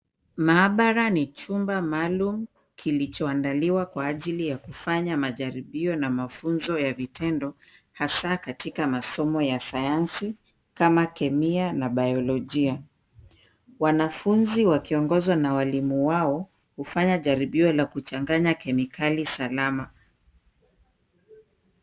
Mahabara ni chumba maalum kilichoandaliwa kwa ajili ya kufanya majaribio na mafunzo ya vitendo hasa katika masomo ya sayansi kama kemia na bayolojia. Wanafunzi wakiongozwa na walimu wao hufanya jaribio la kuchanganya kemikali salama.